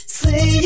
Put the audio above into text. say